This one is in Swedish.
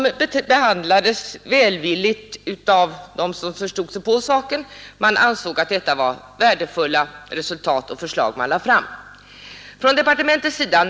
Det behandlades välvilligt av dem som förstod sig på saken. Man ansåg att det var värdefulla resultat och förslag som gruppen lade fram.